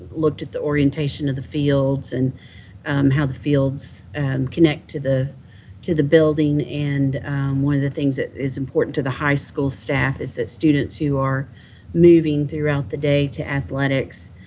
looked at the orientation of the fields and um how the fields and connect to the to the building, and one of the things that is important to the high school staff is that students who are moving throughout the day to athletics,